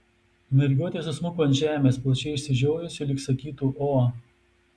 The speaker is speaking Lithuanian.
mergiotė susmuko ant žemės plačiai išsižiojusi lyg sakytų o